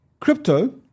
crypto